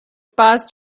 past